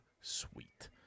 sweet